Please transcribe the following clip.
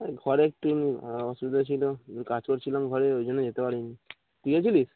হ ঘরে একটু এম অসুবিধা ছিলো কাজ করছিলাম ঘরে ওই জন্য যেতে পারি নি তুই গিয়েছিলি